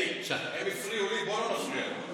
אלי, הם הפריעו לי, בוא לא נפריע לו.